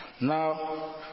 Now